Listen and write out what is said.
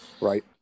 right